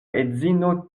edzino